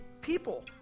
people